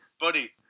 buddy